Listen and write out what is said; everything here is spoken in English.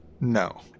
no